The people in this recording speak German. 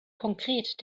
konkret